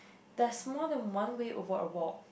that's more than one way over a wall